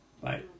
Bye